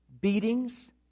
beatings